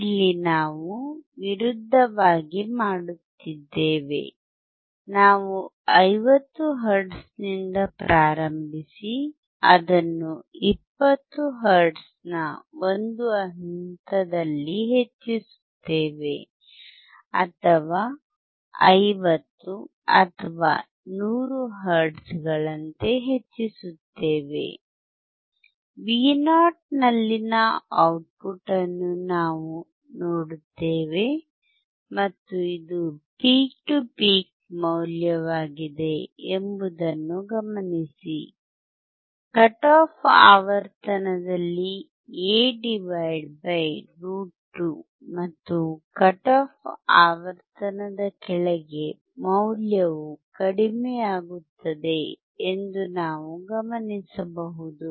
ಇಲ್ಲಿ ನಾವು ವಿರುದ್ಧವಾಗಿ ಮಾಡುತ್ತಿದ್ದೇವೆ ನಾವು 50 ಹರ್ಟ್ಜ್ನಿಂದ ಪ್ರಾರಂಭಿಸಿ ಅದನ್ನು 20 ಹರ್ಟ್ಜ್ನ ಒಂದು ಹಂತದಲ್ಲಿ ಹೆಚ್ಚಿಸುತ್ತೇವೆ ಅಥವಾ 50 ಅಥವಾ 100 ಹರ್ಟ್ಜ್ಗಳಂತೆ ಹೆಚ್ಚಿಸುತ್ತೇವೆ Vo ನಲ್ಲಿನ ಔಟ್ಪುಟ್ ಅನ್ನು ನಾವು ನೋಡುತ್ತೇವೆ ಮತ್ತು ಇದು ಪೀಕ್ ಟು ಪೀಕ್ ಮೌಲ್ಯವಾಗಿದೆ ಎಂಬುದನ್ನು ಗಮನಿಸಿ ಕಟ್ ಆಫ್ ಆವರ್ತನದಲ್ಲಿ A √2 ಮತ್ತು ಕಟ್ ಆಫ್ ಆವರ್ತನದ ಕೆಳಗೆ ಮೌಲ್ಯವು ಕಡಿಮೆಯಾಗುತ್ತದೆ ಎಂದು ನಾವು ಗಮನಿಸಬಹುದು